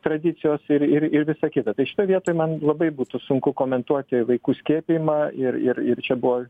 tradicijos ir ir ir visa kita tai šitoj vietoj man labai būtų sunku komentuoti vaikų skiepijimą ir ir ir čia buvo